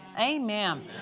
Amen